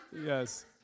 Yes